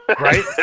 Right